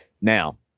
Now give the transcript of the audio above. Now